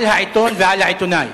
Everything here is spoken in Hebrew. על העיתון ועל העיתונאי.